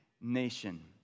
nation